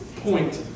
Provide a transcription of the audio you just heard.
point